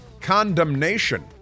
condemnation